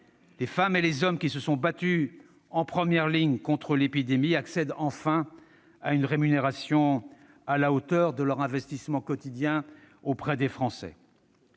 nombreuses dans ces métiers -qui se sont battus en première ligne contre l'épidémie, accèdent enfin à une rémunération à la hauteur de leur investissement quotidien auprès des Français.